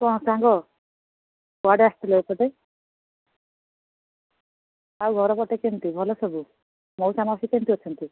ହଁ ସାଙ୍ଗ କୁଆଡ଼େ ଆସିଥିଲ ଏପଟେ ଆଉ ଘର ପଟେ କେମିତି ଭଲ ସବୁ ମଉସା ମାଉସୀ କେମିତି ଅଛନ୍ତି